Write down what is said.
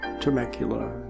Temecula